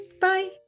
Bye